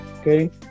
okay